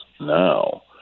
now